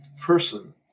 person